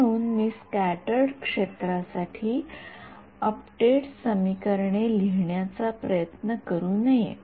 म्हणून मी स्क्याटर्ड क्षेत्रासाठी अपडेट समीकरणे लिहिण्याचा प्रयत्न करू नये